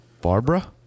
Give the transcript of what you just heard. Barbara